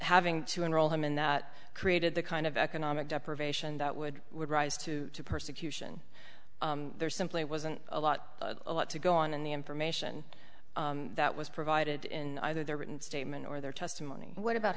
having to enroll him in that created the kind of economic deprivation that would would rise to persecution there simply wasn't a lot a lot to go on in the information that was provided in either their written statement or their testimony what about